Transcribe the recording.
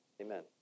amen